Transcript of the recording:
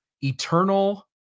eternal